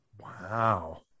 wow